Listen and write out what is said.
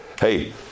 hey